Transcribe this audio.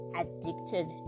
addicted